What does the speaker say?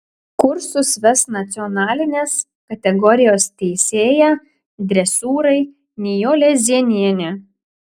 kursus ves nacionalinės kategorijos teisėja dresūrai nijolė zienienė